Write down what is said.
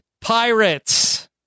Pirates